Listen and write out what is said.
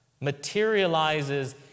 materializes